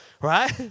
right